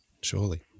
surely